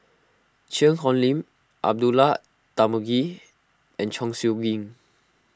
Cheang Hong Lim Abdullah Tarmugi and Chong Siew Ying